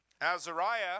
Azariah